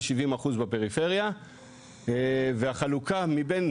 ו70% בפריפריה והחלוקה מבין,